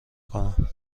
کنم